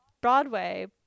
Broadway